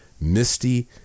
misty